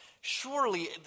Surely